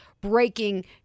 breaking